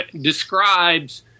describes